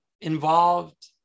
involved